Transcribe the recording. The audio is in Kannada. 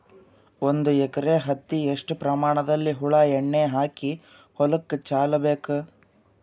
ಒಂದು ಎಕರೆ ಹತ್ತಿ ಎಷ್ಟು ಪ್ರಮಾಣದಲ್ಲಿ ಹುಳ ಎಣ್ಣೆ ಹಾಕಿ ಹೊಲಕ್ಕೆ ಚಲಬೇಕು?